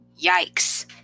Yikes